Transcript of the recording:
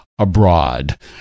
abroad